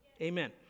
Amen